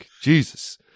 Jesus